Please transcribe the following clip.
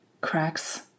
cracks